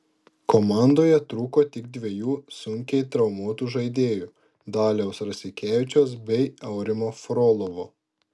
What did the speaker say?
komandoje trūko tik dviejų sunkiai traumuotų žaidėjų daliaus rasikevičiaus bei aurimo frolovo